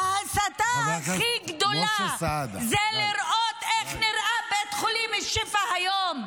ההסתה הכי גדולה זה לראות איך נראה בית חולים שיפא היום.